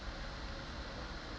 um